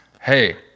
hey